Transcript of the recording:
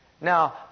Now